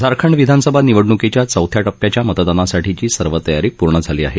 झारखंड विधानसभा निवडणुकीच्या चौथ्या टप्प्याच्या मतदानासाठीची सर्व तयारी झाली आहे